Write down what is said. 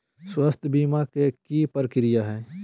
स्वास्थ बीमा के की प्रक्रिया है?